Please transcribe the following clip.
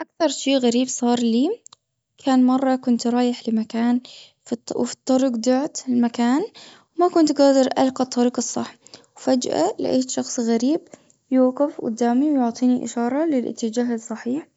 أكتر شي غريب صار لي كان مرة كنت رايح لمكان وفي الطرق ضعت ما كنت قادر ألقى الطريق الصح. فجأة لقيت شخص غريب يقف قدامي ويعطيني إشارة للأتجاه الصحيح.